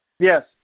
Yes